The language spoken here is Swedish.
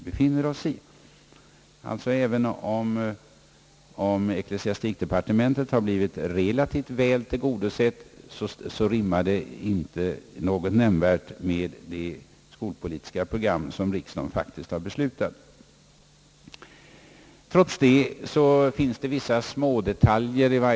Trots läget har vi velat peka på några mindre detaljer.